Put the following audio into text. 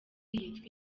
yitwa